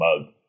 mug